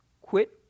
Quit